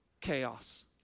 Chaos